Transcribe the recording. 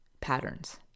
patterns